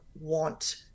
want